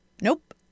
Nope